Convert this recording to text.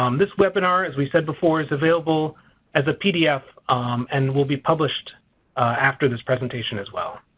um this webinar as we said before is available as a pdf and will be published after this presentation as well.